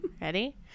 Ready